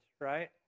right